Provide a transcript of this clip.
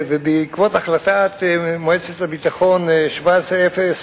ובעקבות החלטת מועצת הביטחון 1701,